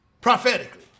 prophetically